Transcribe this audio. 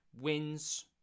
wins